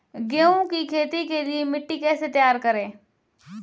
गेहूँ की खेती के लिए मिट्टी कैसे तैयार करें?